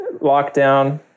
lockdown